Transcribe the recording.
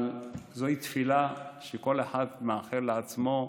אבל זאת תפילה שכל אחד מאחל לעצמו,